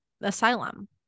Asylum